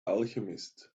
alchemists